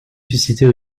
susciter